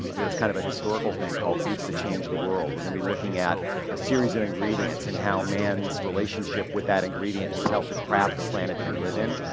um it's kind of a historical thing called foods that changed the world. we're gonna be looking at a series of ingredients and how man's relationship with that ingredient has helped to craft the planet that we live in.